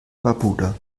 barbuda